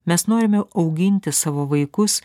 mes norime auginti savo vaikus